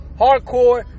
Hardcore